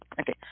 Okay